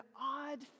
odd